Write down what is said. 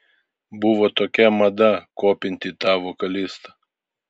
buvo tokia mada kopinti tą vokalistą